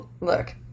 look